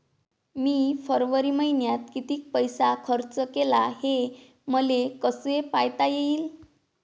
मी फरवरी मईन्यात कितीक पैसा खर्च केला, हे मले कसे पायता येईल?